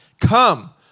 Come